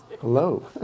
Hello